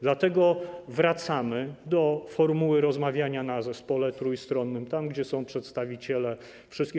Dlatego wracamy do formuły rozmawiania w zespole trójstronnym, tam, gdzie są przedstawiciele wszystkich.